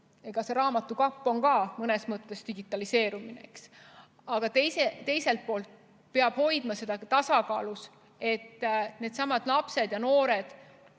Eks raamatukapp on ka mõnes mõttes digitaliseerumine, eks. Aga teiselt poolt peab hoidma seda tasakaalus, et needsamad lapsed ja noored,